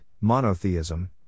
monotheism